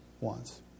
wants